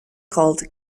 called